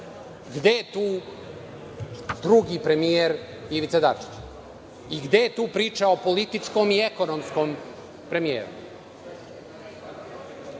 Gde je tu drugi premijer Ivica Dačić i gde je tu priča o političkom i ekonomskom premijeru?